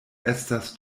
estas